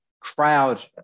crowd